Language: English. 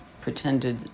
pretended